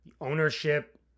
ownership